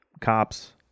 Cops